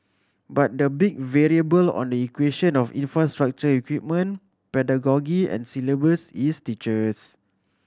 but the big variable in the equation of infrastructure equipment pedagogy and syllabus is teachers